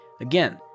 Again